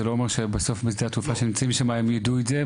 זה לא אומר שבסוף בשדה התעופה הם יידעו את זה.